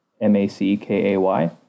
M-A-C-K-A-Y